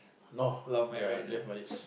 no they are just married